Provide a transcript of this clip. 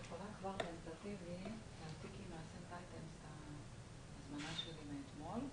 לא, דיברנו על זה, זה מהלך שהוא נכון.